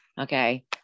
Okay